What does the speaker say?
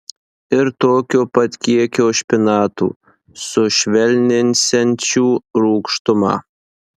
ir tokio pat kiekio špinatų sušvelninsiančių rūgštumą